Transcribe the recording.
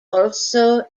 also